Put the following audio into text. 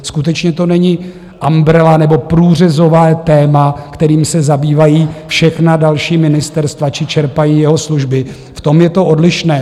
Skutečně to není umbrella nebo průřezové téma, kterým se zabývají všechna další ministerstva či čerpají jeho služby, v tom je to odlišné.